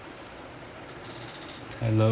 hello